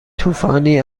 طوفانی